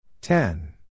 Ten